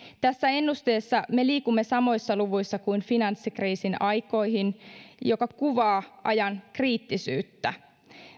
tässä ennusteessa me liikumme samoissa luvuissa kuin finanssikriisin aikoihin mikä kuvaa ajan kriittisyyttä